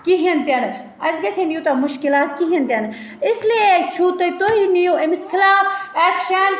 کِہیٖنۍ تہِ نہٕ اَسہِ گَژھِ ہے نہٕ یوٗتاہ مُشکِلات کِہیٖنۍ تہِ نہٕ اِسلیے چھُو تُہۍ تُہۍ نِیِو أمِس خِلاف اٮ۪کشَن